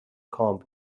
combed